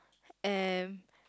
and